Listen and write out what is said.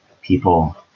people